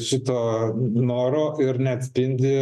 šito noro ir neatspindi